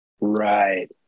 right